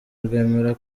rwemera